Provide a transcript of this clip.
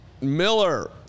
Miller